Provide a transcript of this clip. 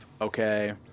Okay